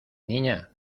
niña